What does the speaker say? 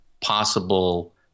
possible